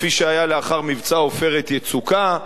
כפי שהיה לאחר מבצע "עופרת יצוקה".